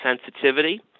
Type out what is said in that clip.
sensitivity